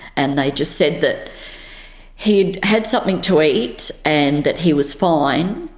and they just said that he'd had something to eat and that he was fine